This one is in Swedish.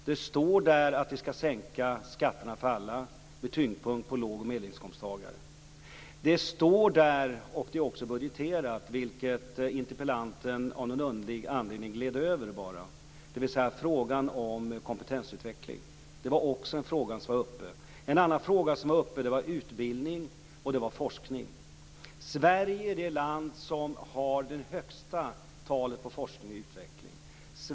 Det står att vi skall sänka skatterna för alla, med tyngdpunkt på låg och medelinkomsttagare. Där tas också upp frågan om kompetensutveckling, vilket interpellanten av någon underlig anledning bara gled över. Det området är också budgeterat. En annan fråga som var uppe är utbildning och forskning. Sverige är det land som satsar mest på utbildning och forskning.